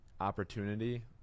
opportunity